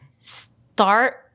start